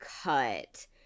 cut